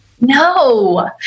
No